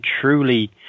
truly